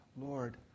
Lord